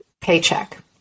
paycheck